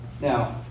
Now